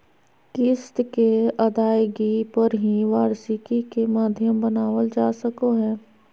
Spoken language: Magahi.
किस्त के अदायगी पर ही वार्षिकी के माध्यम बनावल जा सको हय